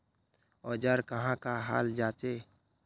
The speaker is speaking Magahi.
औजार कहाँ का हाल जांचें?